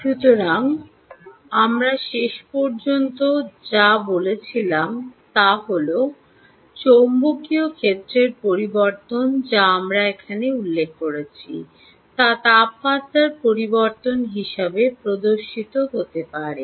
সুতরাং আমরা শেষ পর্যন্ত যা বলেছিলাম তা হল চৌম্বকীয় ক্ষেত্রের পরিবর্তন যা আমরা এখানে উল্লেখ করেছি তা তাপমাত্রার পরিবর্তন হিসাবে প্রদর্শিত হতে পারে